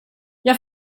jag